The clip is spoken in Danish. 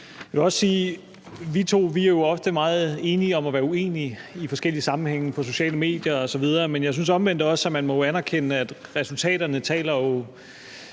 vi to jo ofte er meget enige om at være uenige i forskellige sammenhænge, på sociale medier osv. Men jeg synes omvendt også, at man må anerkende, at resultaterne taler for